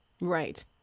right